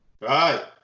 Right